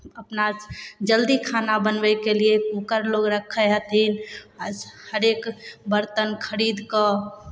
अपना जल्दी खाना बनबैके लिए कूकर लोक रखै हथिन आ हरेक बरतन खरीद कऽ